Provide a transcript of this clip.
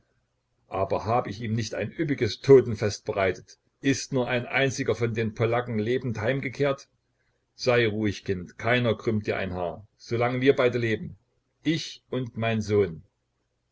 aber hab ich ihm nicht ein üppiges totenfest bereitet ist nur ein einziger von den polacken lebend heimgekehrt sei ruhig kind keiner krümmt dir ein haar solange wir beide leben ich und mein sohn